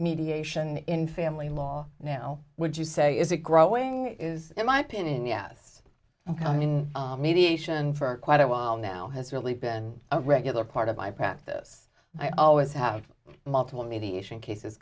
mediation in family law now would you say is it growing is in my opinion yes ok i'm in mediation for quite a while now has really been a regular part of my practice i always have multiple mediation cases